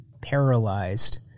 paralyzed